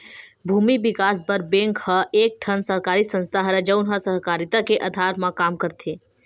भूमि बिकास बर बेंक ह एक ठन सरकारी संस्था हरय, जउन ह सहकारिता के अधार म काम करथे